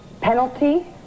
Penalty